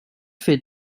fer